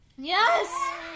Yes